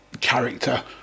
character